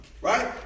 Right